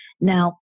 Now